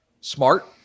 smart